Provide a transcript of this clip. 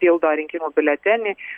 pildo rinkimų biuletenį